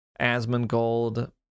Asmongold